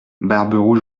barberou